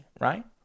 right